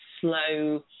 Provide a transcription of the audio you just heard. slow